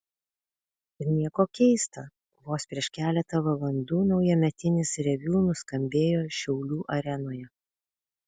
ir nieko keista vos prieš keletą valandų naujametinis reviu nuskambėjo šiaulių arenoje